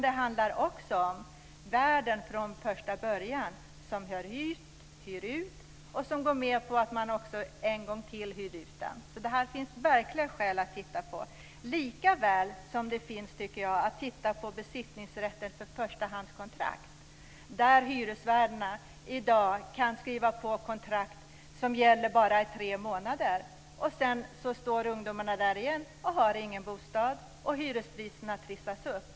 Det handlar också om den värd som från första början hyr ut och som går med på att man hyr ut lägenheten en gång till. Detta finns det verkliga skäl att titta närmare på, likaväl som jag tycker att det finns skäl att undersöka besittningsrätten för förstahandskontrakt. I dag kan hyresvärdarna skriva på kontrakt som gäller i bara tre månader. Sedan står ungdomarna där igen och har ingen bostad, och hyrespriserna trissas upp.